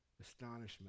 Astonishment